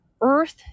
earth